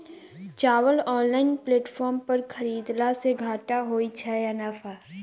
चावल online platform पर खरीदलासे घाटा होइ छै या नफा?